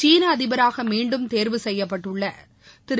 சீள அதிபராக மீண்டும் தோ்வு செய்யப்பட்டுள்ள திரு